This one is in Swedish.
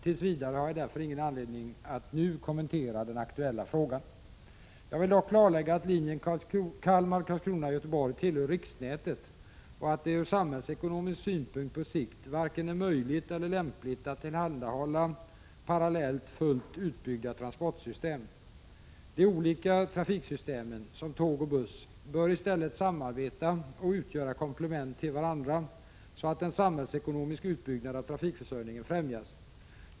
Tills vidare har jag därför ingen anledning att nu kommentera den aktuella frågan. Jag vill dock klarlägga att linjen Kalmar/Karlskrona-Göteborg tillhör riksnätet och att det ur samhällsekonomisk synpunkt på sikt varken är möjligt eller lämpligt att tillhandahålla parallellt fullt utbyggda transportsystem. De olika trafiksystemen som tåg och buss bör i stället samarbeta och utgöra komplement till varandra så att en samhällsekonomisk utbyggnad av trafikförsörjningen främjas.